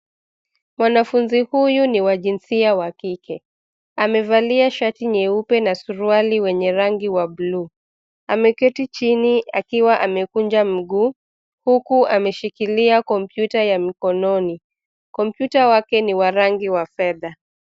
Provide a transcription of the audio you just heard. Mwanafunzi huyu ni wa jinsia wa kike. Amevalia shati nyeupe na suruali wenye rangi wa bluu, ameketi chini akiwa amekunja mguu huku ameshikilia kompyuta ya mikononi. Kompyuta wake ni wa rangi wa fedha.